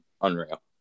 Unreal